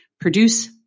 produce